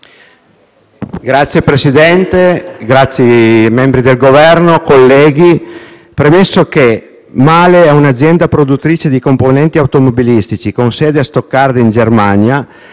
Signor Presidente, onorevoli membri del Governo, colleghi, Mahle è un'azienda produttrice di componenti automobilistici con sede a Stoccarda, in Germania.